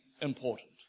important